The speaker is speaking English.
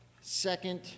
second